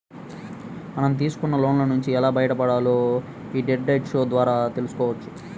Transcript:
మనం తీసుకున్న లోన్ల నుంచి ఎలా బయటపడాలో యీ డెట్ డైట్ షో ద్వారా తెల్సుకోవచ్చు